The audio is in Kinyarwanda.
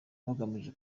bagamije